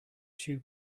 shoe